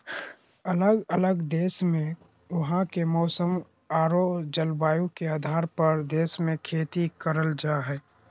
अलग अलग देश मे वहां के मौसम आरो जलवायु के आधार पर देश मे खेती करल जा हय